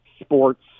sports